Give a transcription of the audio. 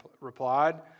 replied